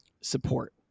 support